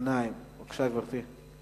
חנין זועבי שאלה את שר התעשייה,